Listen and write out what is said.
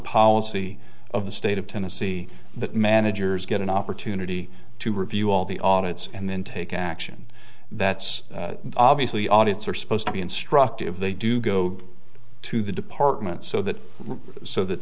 policy of the state of tennessee that managers get an opportunity to review all the audits and then take action that's obviously audits are supposed to be instructive they do go to the department so that so that